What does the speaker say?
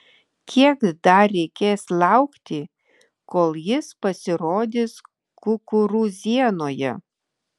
kiek dar reikės laukti kol jis pasirodys kukurūzienoje